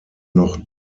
noch